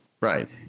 right